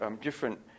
different